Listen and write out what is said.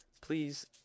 please